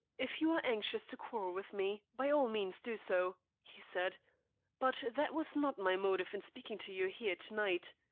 if you are anxious to quarrel with me, by all means do so, he said but that was not my motive in speaking to you here to-night.